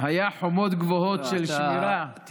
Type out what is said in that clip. היו חומות גדולות של שמירה על העם היהודי,